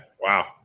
Wow